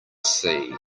see